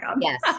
Yes